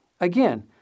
Again